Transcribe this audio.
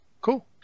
cool